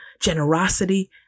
generosity